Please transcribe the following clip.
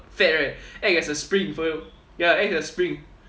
fat right act as a spring for your ya acts as a spring